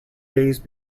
days